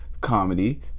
comedy